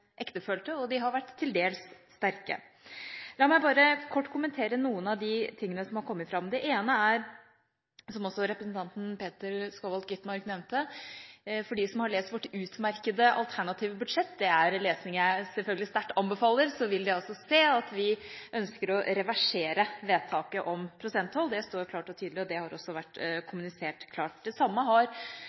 ektefølte, og de har vært til dels sterke. La meg bare kort kommentere noen av de tingene som har kommet fram. Det ene er noe som også representanten Peter Skovholt Gitmark nevnte: De som har lest vårt utmerkede alternative budsjett – det er lesning jeg selvfølgelig veldig sterkt anbefaler – vil se at vi ønsker å reversere vedtaket om prosenttoll. Det står klart og tydelig, og det har også vært kommunisert klart. Det samme har